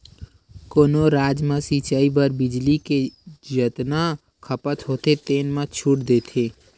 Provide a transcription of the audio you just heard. कोनो राज म सिचई बर बिजली के जतना खपत होथे तेन म छूट देथे